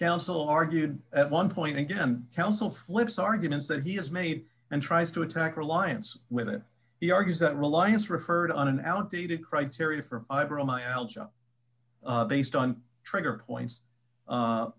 counsel argued at one point again counsel flips arguments that he has made and tries to attack her alliance with it he argues that reliance referred on an outdated criteria from based on trigger points